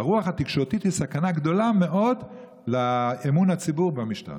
והרוח התקשורתית היא סכנה גדולה מאוד לאמון הציבור במשטרה.